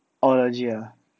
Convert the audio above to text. oh legit ah